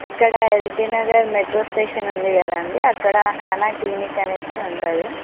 ఇక్కడ LB Nagar metro station ఉంది కదా అండీ అక్కడ హేమా క్లీనిక్ అనేసి ఉంటుంది